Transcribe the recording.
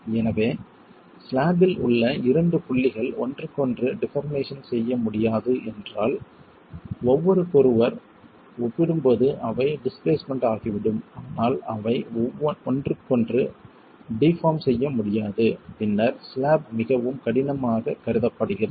எனவே ஸ்லாப்பில் உள்ள இரண்டு புள்ளிகள் ஒன்றுக்கொன்று டிபார்ம் செய்ய முடியாது என்றால் ஒருவருக்கொருவர் ஒப்பிடும்போது அவை டிஸ்பிளேஸ்மென்ட் ஆகிவிடும் ஆனால் அவை ஒன்றுக்கொன்று டிபார்ம் செய்ய முடியாது பின்னர் ஸ்லாப் மிகவும் கடினமானதாக கருதப்படுகிறது